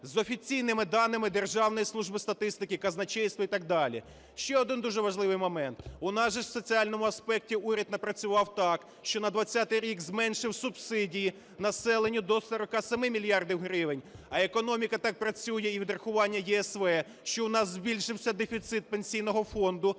з офіційними даними Державної служби статистики, казначейства і так далі. Ще один дуже важливий момент. У нас же ж в соціальному аспекті уряд напрацював так, що на 2020 рік зменшив субсидії населенню до 47 мільярдів гривень, а економіка так працює, і відрахування ЄСВ, що в нас збільшився дефіцит Пенсійного фонду,